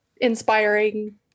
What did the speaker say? inspiring